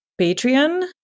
Patreon